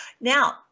Now